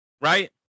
Right